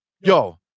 Yo